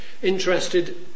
interested